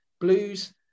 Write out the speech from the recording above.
Blues